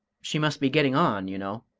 she must be getting on, you know!